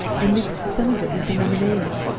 and mixed some of it with the lemonade.